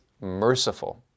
merciful